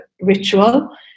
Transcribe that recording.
ritual